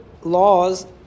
laws